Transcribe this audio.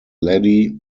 laddie